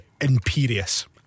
imperious